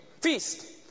feast